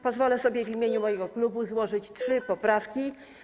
Pozwolę sobie w imieniu mojego klubu złożyć trzy poprawki.